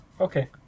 Okay